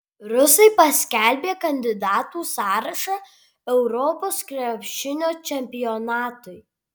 rusai paskelbė kandidatų sąrašą europos krepšinio čempionatui